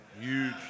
huge